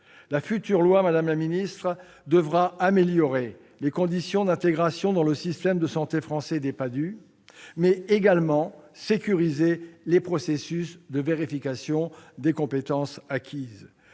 La future loi, madame la secrétaire d'État, devra améliorer les conditions d'intégration dans le système de santé français des PADHUE, mais également sécuriser les processus de vérification des compétences acquises.